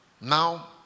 Now